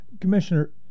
Commissioner